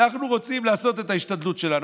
אנחנו רוצים לעשות את ההשתדלות שלנו.